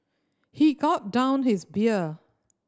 he gulped down his beer